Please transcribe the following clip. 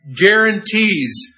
guarantees